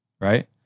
right